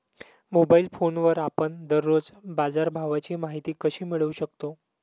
Mobile फोनवर आपण दररोज बाजारभावाची माहिती कशी मिळवू शकतो?